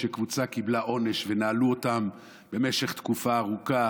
שקבוצה קיבלה עונש ונעלו אותם במשך תקופה ארוכה